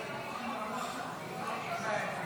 התשפ"ה 2025,